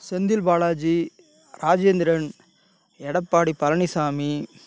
Senthil Balaji Rajendran Edappadi Palaniswami